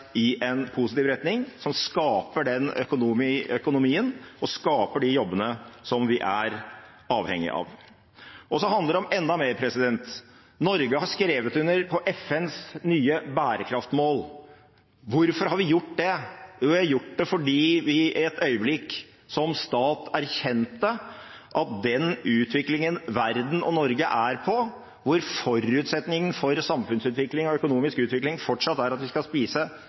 i en positiv retning som skaper den økonomien og de jobbene som vi er avhengige av. Det handler om enda mer. Norge har skrevet under på FNs nye bærekraftsmål. Hvorfor har vi gjort det? Jo, vi har gjort det fordi vi et øyeblikk som stat erkjente at den utviklingen verden og Norge er inne i, hvor forutsetningen for samfunnsutvikling og økonomisk utvikling fortsatt er at vi skal spise